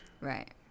Right